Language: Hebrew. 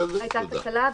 במקרה הזה?